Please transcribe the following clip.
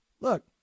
look